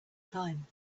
time